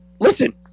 listen